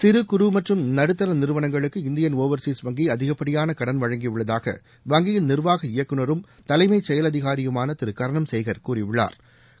சிறு குறு மற்றும் நடுத்தர நிறுவளங்களுக்கு இந்தியன் ஒவர்சீஸ் வங்கி அதிகப்படியான கடன் வழங்கியுள்ளதாக வங்கியின் நிர்வாக இயக்குநரும் தலைமை செயல் அதிகாரியுமான திரு கர்ணம் சேகர் கூறியுள்ளா்